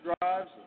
drives